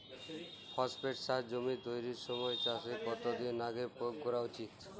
Phosphate সার জমি তৈরির সময় চাষের কত দিন আগে প্রয়োগ করা উচিৎ?